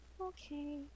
okay